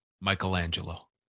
Michelangelo